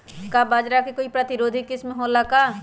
का बाजरा के कोई प्रतिरोधी किस्म हो ला का?